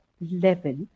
level